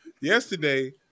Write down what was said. Yesterday